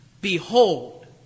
Behold